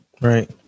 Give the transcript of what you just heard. right